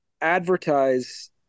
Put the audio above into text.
advertise